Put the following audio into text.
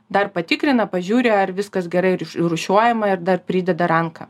dar patikrina pažiūri ar viskas gerai ir iš rūšiuojama ir dar prideda ranką